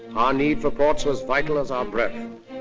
ah need for ports was vital as our breath.